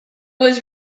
was